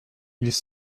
ils